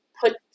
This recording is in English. put